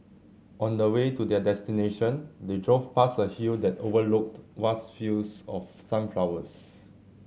on the way to their destination they drove past a hill that overlooked vast fields of sunflowers